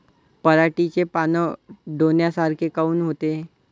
पराटीचे पानं डोन्यासारखे काऊन होते?